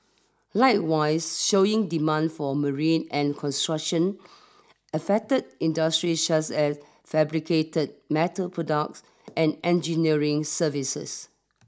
likewise showing demand for marine and construction affected industries such as fabricated metal products and engineering services